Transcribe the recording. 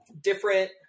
different